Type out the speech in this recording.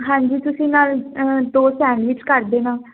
ਹਾਂਜੀ ਤੁਸੀਂ ਨਾਲ ਦੋ ਸੈਂਡਵਿਚ ਕਰ ਦੇਣਾ